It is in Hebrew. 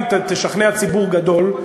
אם תשכנע ציבור גדול,